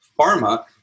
pharma